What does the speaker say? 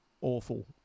awful